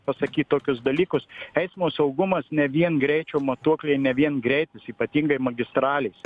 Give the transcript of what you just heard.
pasakyt tokius dalykus eismo saugumas ne vien greičio matuokliai ne vien greitis ypatingai magistralėse